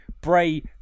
Bray